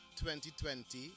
2020